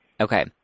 Okay